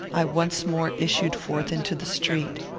i once more issued forth into the street.